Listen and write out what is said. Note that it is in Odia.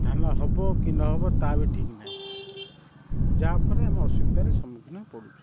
ଧାନ ହବ କି ନ ହବ ତା ବି ଠିକ୍ ନାହିଁ ଯାହା ପରେ ଆମେ ଅସୁବିଧାରେ ସମ୍ମୁଖୀନ ପଡ଼ୁଛୁ